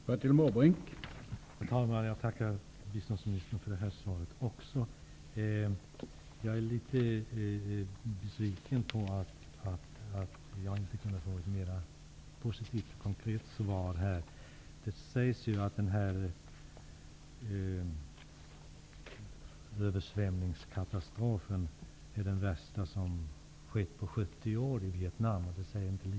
Herr talman! Jag tackar biståndsministern också för detta svar. Jag är litet besviken på att jag inte kunde få ett mer konkret svar. Det sägs ju att översvämningskatastrofen är den värsta som har skett på 70 år i Vietnam, och det säger inte litet.